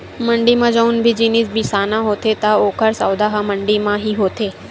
मंड़ी म जउन भी जिनिस बिसाना होथे त ओकर सौदा ह मंडी म ही होथे